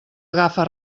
agafa